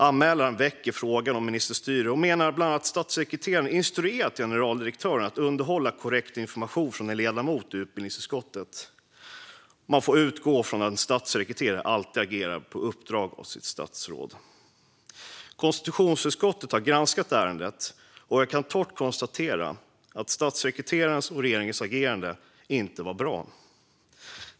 Anmälaren väcker frågan om ministerstyre och menar bland annat att statssekreteraren har instruerat generaldirektören att undanhålla korrekt information från en ledamot i utbildningsutskottet. Man får utgå från att en statssekreterare alltid agerar på uppdrag av sitt statsråd. Konstitutionsutskottet har granskat ärendet, och jag kan torrt konstatera att statssekreterarens och regeringens agerande inte var bra.